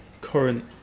current